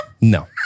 No